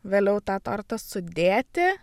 vėliau tą tortą sudėti